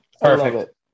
Perfect